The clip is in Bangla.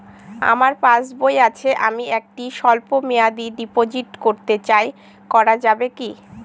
আমার পাসবই আছে আমি একটি স্বল্পমেয়াদি ডিপোজিট করতে চাই করা যাবে কি?